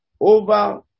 over